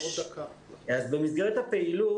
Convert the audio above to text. במסגרת הפעילות,